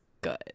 good